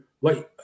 Wait